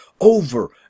over